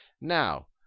Now